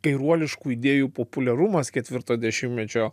kairuoliškų idėjų populiarumas ketvirto dešimtmečio